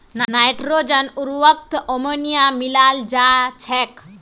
nitrogen उर्वरकत ammonia मिलाल जा छेक